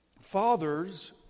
Fathers